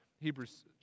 Hebrews